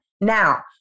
Now